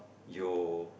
your